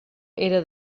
era